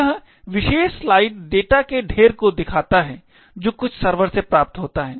यह विशेष slide data के ढेर को दिखाता है जो कुछ सर्वर से प्राप्त होता है